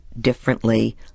differently